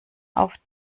auf